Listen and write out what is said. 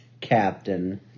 captain